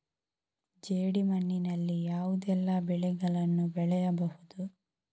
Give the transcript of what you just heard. ಜೇಡಿ ಮಣ್ಣಿನಲ್ಲಿ ಯಾವುದೆಲ್ಲ ಬೆಳೆಗಳನ್ನು ಬೆಳೆಯಬಹುದು?